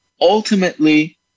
ultimately